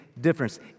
difference